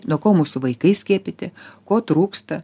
nuo ko mūsų vaikai skiepyti ko trūksta